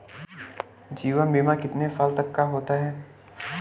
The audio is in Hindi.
जीवन बीमा कितने साल तक का होता है?